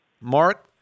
Mark